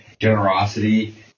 generosity